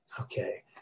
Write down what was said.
okay